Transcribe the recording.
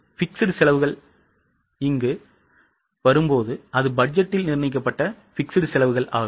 ஆனால் fixed செலவுகள் என்று வரும்போது அது பட்ஜெட்டில் நிர்ணயிக்கப்பட்ட fixed செலவு ஆகும்